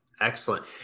Excellent